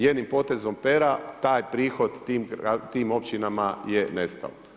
Jednim potezom pera taj prihod tim općinama je nestao.